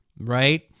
Right